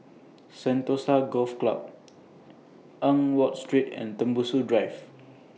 Sentosa Golf Club Eng Watt Street and Tembusu Drive